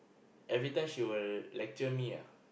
every time she will lecture me